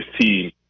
team